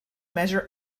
measure